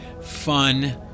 fun